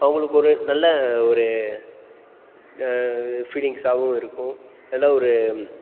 அவர்களுக்கு ஒரு நல்ல ஒரு இது ஃபீலிங்ஸாகவும் இருக்கும் நல்ல ஒரு